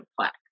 plaque